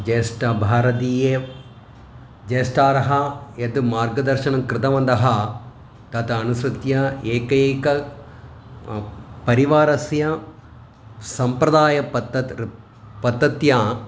ज्येष्ठः भारतीये ज्येष्ठारः यत् मार्गदर्शनं कृतवन्तः तदनुसृत्य एकैकस्य परिवारस्य सम्प्रदायपद्धत्या ऋ पद्धत्या